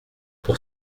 pour